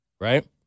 right